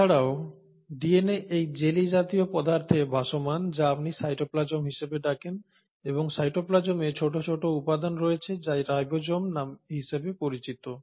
এছাড়াও ডিএনএ এই জেলি জাতীয় পদার্থে ভাসমান যা আপনি সাইটোপ্লাজম হিসাবে ডাকেন এবং সাইটোপ্লাজমে ছোট ছোট উপাদান রয়েছে যা রাইবোসোম হিসাবে পরিচিত